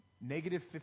Negative